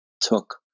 took